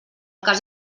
cas